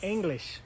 English